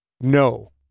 No